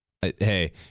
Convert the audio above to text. Hey